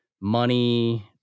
money